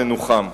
ננוחם.